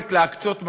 יכולת להקצות משאבים,